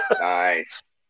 Nice